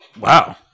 Wow